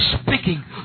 Speaking